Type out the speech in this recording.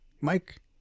Mike